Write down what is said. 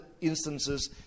instances